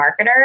marketer